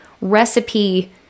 recipe